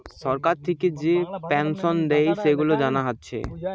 সরকার থিকে যে পেনসন দেয়, সেগুলা জানা আছে